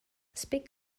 speak